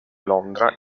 londra